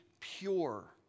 pure